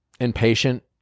impatient